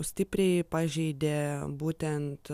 stipriai pažeidė būtent